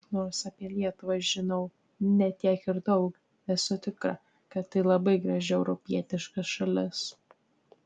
nors apie lietuvą žinau ne tiek ir daug esu tikra kad tai labai graži europietiška šalis